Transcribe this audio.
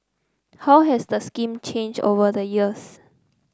how has the scheme changed over the years